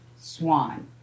Swan